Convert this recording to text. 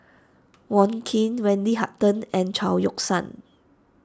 Wong Keen Wendy Hutton and Chao Yoke San